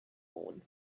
lawn